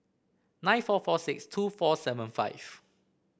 nine four four six two four seven five